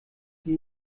sie